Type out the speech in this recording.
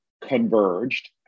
converged